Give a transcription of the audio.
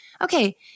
okay